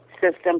system